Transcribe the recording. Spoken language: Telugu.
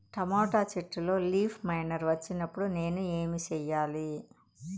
టమోటా చెట్టులో లీఫ్ మైనర్ వచ్చినప్పుడు నేను ఏమి చెయ్యాలి?